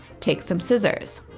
take some scissors.